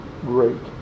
great